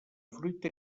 fruita